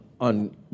on